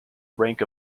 rank